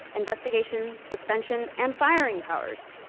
investigation, suspension and firing powers.